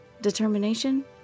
Determination